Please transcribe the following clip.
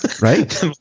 Right